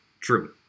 True